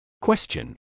Question